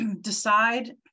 decide